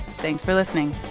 thanks for listening